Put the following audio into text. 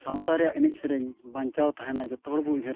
ᱥᱟᱶᱛᱟ ᱨᱮᱭᱟᱜ ᱮᱱᱮᱡ ᱥᱮᱨᱮᱧ ᱵᱟᱧᱪᱟᱣ ᱛᱟᱦᱮᱱᱟ ᱡᱚᱛᱚ ᱦᱚᱲ ᱵᱚᱱ ᱩᱭᱦᱟᱹᱨ ᱠᱷᱟᱱ